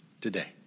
today